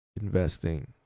investing